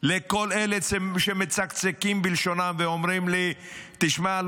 לכל אלה שמצקצקים בלשונם ואומרים לי: תשמע,